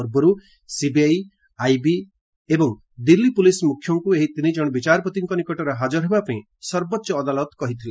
ପୂର୍ବରୁ CBI IB ଏବଂ Delhi police ମୁଖ୍ୟଙ୍କ ଏହି ତିନିଜଣ ବିଚାରପତିଙ୍କ ନିକଟରେ ହାଜର ହେବା ପାଇଁ ସର୍ବୋଚ୍ଚ ଅଦାଲତ କହିଥିଲେ